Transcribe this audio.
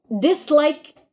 dislike